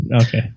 Okay